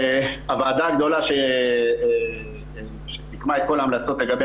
הוועדה הגדולה שסיכמה את כל ההמלצות לגבי